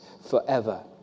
forever